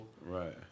Right